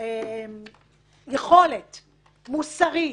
יכולת מוסרית,